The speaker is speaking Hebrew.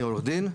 אני עורך דין,